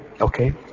Okay